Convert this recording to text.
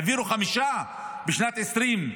העבירו 5 מיליארד שקל בשנת 2023,